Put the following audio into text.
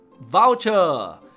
voucher